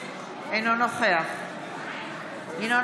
אינו נוכח ינון